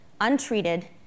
untreated